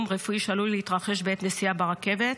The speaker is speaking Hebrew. רפואי שעלול להתרחש בעת נסיעה ברכבת,